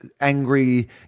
angry